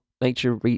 nature